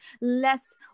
less